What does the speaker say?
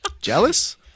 Jealous